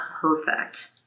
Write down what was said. perfect